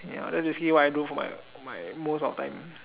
ya like to see what I do for my for my most of time